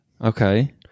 Okay